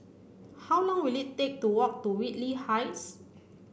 how long will it take to walk to Whitley Heights